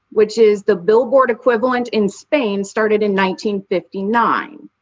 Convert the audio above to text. which is the billboard equivalent in spain, started in nineteen fifty nine.